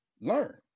learn